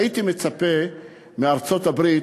הייתי מצפה מארצות-הברית: